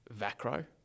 Vacro